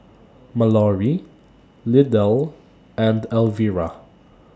Mallory Lydell and Elvira